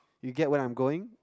you get where I am going